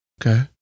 okay